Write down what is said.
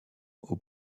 aux